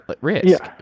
risk